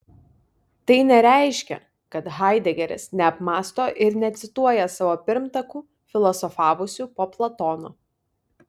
tai nereiškia kad haidegeris neapmąsto ir necituoja savo pirmtakų filosofavusių po platono